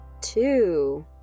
Two